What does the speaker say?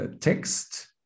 text